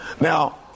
Now